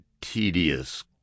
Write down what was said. tedious